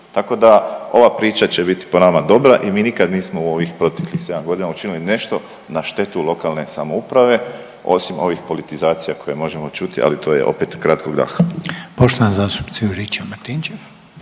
Tako da ova priča će biti po nama dobra i mi nikad nismo u ovih proteklih 7 godina učinili nešto na štetu lokalne samouprave osim ovih politizacija koje možemo čuti ali to je opet kratkog daha.